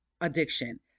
addiction